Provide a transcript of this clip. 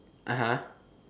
(uh huh)